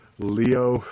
Leo